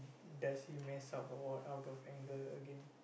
does he mess up or what out of anger again